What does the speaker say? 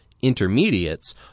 intermediates